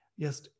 Yes